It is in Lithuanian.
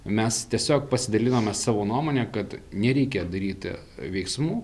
mes tiesiog pasidalinome savo nuomonę kad nereikia daryti veiksmų